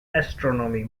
astronomy